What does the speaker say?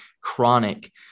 chronic